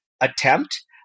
attempt